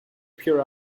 pure